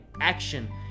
action